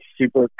super